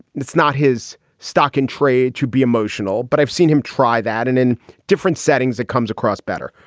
it's not his stock in trade to be emotional, but i've seen him try that. and in different settings it comes across better.